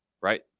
right